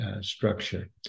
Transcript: structure